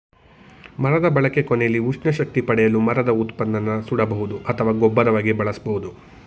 ಮರದ ಬಳಕೆ ಕೊನೆಲಿ ಉಷ್ಣ ಶಕ್ತಿ ಪಡೆಯಲು ಮರದ ಉತ್ಪನ್ನನ ಸುಡಬಹುದು ಅಥವಾ ಗೊಬ್ಬರವಾಗಿ ಬಳಸ್ಬೋದು